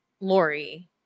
Lori